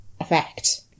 effect